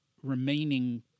remaining